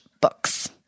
books